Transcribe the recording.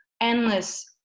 endless